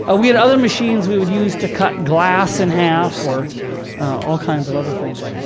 ah we had other machines we would use to cut glass in half or all kinds of other things.